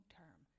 term